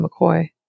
McCoy